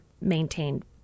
maintained